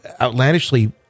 outlandishly